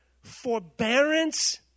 forbearance